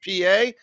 PA